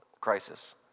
crisis